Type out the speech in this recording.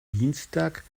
dienstag